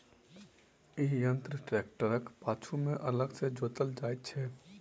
ई यंत्र ट्रेक्टरक पाछू मे अलग सॅ जोड़ल जाइत छै